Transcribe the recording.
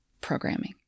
programming